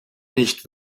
nicht